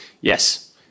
Yes